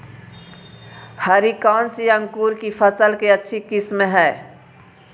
हरी कौन सी अंकुर की फसल के अच्छी किस्म है?